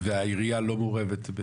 והעירייה לא מעורבת?